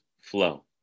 flow